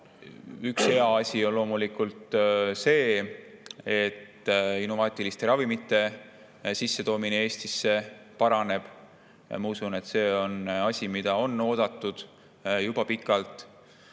Üks hea asi on loomulikult see, et innovaatiliste ravimite sissetoomine Eestisse paraneb, ja ma usun, et see on asi, mida on oodatud juba pikalt.